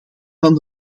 van